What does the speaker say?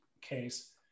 case